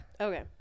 Okay